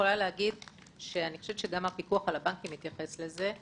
חושבת שגם הפיקוח התייחס לזה.